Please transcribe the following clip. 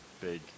big